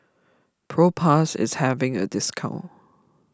Propass is having a discount